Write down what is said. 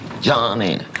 Johnny